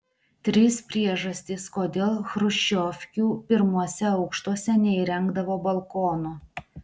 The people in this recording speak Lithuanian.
trys priežastys kodėl chruščiovkių pirmuose aukštuose neįrengdavo balkonų